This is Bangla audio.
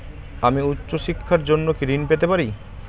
আমি উচ্চশিক্ষার জন্য কি ঋণ পেতে পারি?